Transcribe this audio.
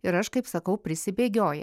ir aš kaip sakau prisibėgioja